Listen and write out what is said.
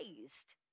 raised